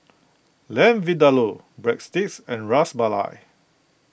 Lamb Vindaloo Breadsticks and Ras Malai